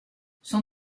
son